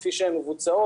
כפי שהן מבוצעות,